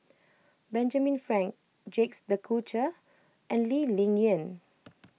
Benjamin Frank Jacques De Coutre and Lee Ling Yen